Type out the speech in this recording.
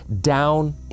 down